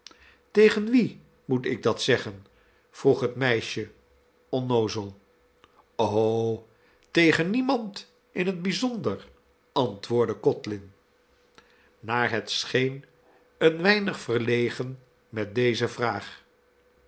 tegen wien moet ik dat zeggen vroeg het meisje onnoozel tegen niemand in het bijzonder antwoordde codlin naar het scheen een weinig verlegen met deze vraag